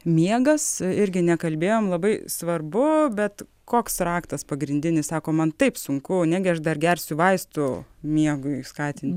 miegas irgi nekalbėjom labai svarbu bet koks raktas pagrindinis sako man taip sunku negi aš dar gersiu vaistų miegui skatint